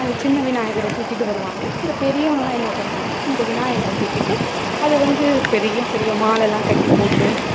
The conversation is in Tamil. அந்த சின்ன விநாயகரை தூக்கிகிட்டு வருவாங்க இந்த பெரியவங்கள் எல்லாம் என்ன பண்ணுவாங்கன்னா இந்த விநாயகரை தூக்கிகிட்டு அது வந்து பெரிய பெரிய மாலைலாம் கட்டிப் போட்டு